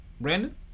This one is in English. Brandon